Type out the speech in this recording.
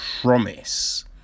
promise